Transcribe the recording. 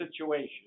situation